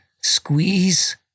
squeeze